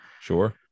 Sure